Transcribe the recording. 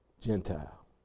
Gentile